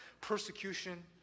persecution